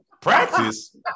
Practice